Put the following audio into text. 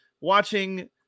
watching